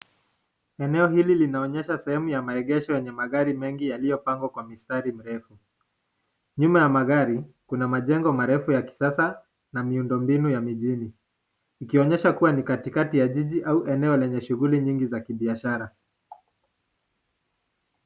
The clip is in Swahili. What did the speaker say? Eneo hili linaonesha sehemu ya maegesho yenye magari mengi yaliopangwa kwenye mstari mrefu, nyuma ya magari, kuna majengo marefu ya kisasa na miundo mbinu ya mijini, ikionyesha kua ni katikati ya jiji au eneo lenye shughuli nyingi ya kibiashara.